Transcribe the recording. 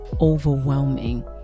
overwhelming